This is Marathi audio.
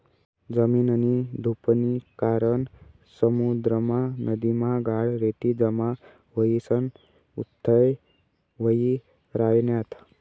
जमीननी धुपनी कारण समुद्रमा, नदीमा गाळ, रेती जमा व्हयीसन उथ्थय व्हयी रायन्यात